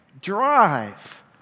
drive